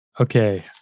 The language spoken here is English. Okay